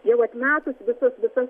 jau atmetus visas visas